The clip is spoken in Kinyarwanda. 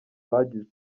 bagize